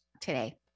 Today